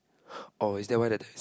oh is that why that time